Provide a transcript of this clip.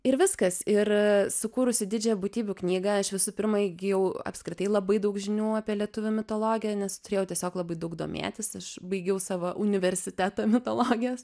ir viskas ir sukūrusi didžiąją būtybių knygą aš visų pirma įgijau apskritai labai daug žinių apie lietuvių mitologiją nes turėjau tiesiog labai daug domėtis aš baigiau savo universitetą mitologijos